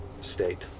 state